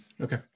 Okay